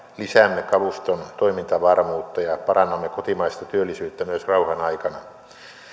lisäämme kaluston toimintavarmuutta ja parannamme kotimaista työllisyyttä myös rauhan aikana